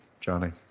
Johnny